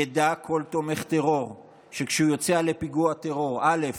ידע כל תומך טרור שכשהוא יוצא לפיגוע טרור, א.